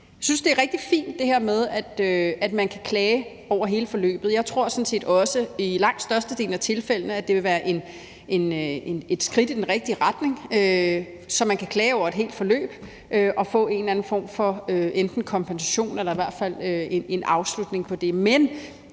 Jeg synes, det her med, at man kan klage over hele forløbet, er rigtig fint. Jeg tror sådan set også, at det i langt størstedelen af tilfældene vil være et skridt i den rigtige retning, så man kan klage over et helt forløb og få en eller anden form for enten kompensation eller i hvert fald en afslutning på det.